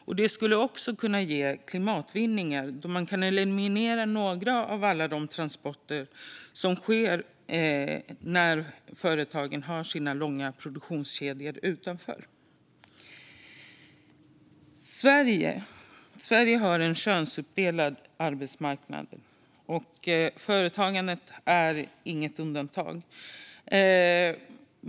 Detta skulle också kunna ge klimatvinningar, då man kan eliminera några av alla de transporter som sker när företagen har sina långa produktionskedjor utanför. Sverige har en könsuppdelad arbetsmarknad, och företagandet är inget undantag.